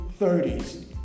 30s